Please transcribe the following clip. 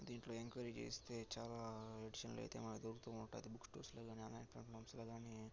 దీంట్లో ఎంక్వయిరీ చేయిస్తే చాలా ఎడిషన్లు అయితే మనకు దొరుకుతూ ఉంటుంది బుక్ స్టోర్స్లో కాని ఆన్లైన్ ప్లాట్ఫామ్స్లో కాని